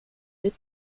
deux